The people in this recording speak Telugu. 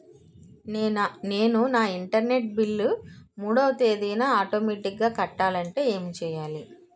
నేను నా ఇంటర్నెట్ బిల్ మూడవ తేదీన ఆటోమేటిగ్గా కట్టాలంటే ఏం చేయాలి?